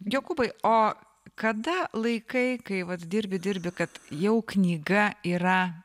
jokūbai o kada laikai kai vat dirbi dirbi kad jau knyga yra